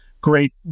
great